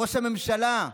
ראש הממשלה,